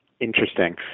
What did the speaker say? Interesting